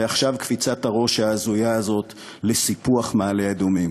ועכשיו קפיצת הראש ההזויה הזאת לסיפוח מעלה-אדומים.